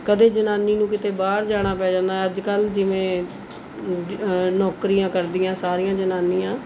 ਕਦੇ ਜਨਾਨੀ ਨੂੰ ਕਿਤੇ ਬਾਹਰ ਜਾਣਾ ਪੈ ਜਾਂਦਾ ਅੱਜ ਕੱਲ੍ਹ ਜਿਵੇਂ ਨੌਕਰੀਆਂ ਕਰਦੀਆਂ ਸਾਰੀਆਂ ਜਨਾਨੀਆਂ